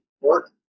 work